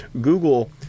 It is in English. Google